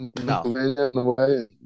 No